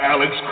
Alex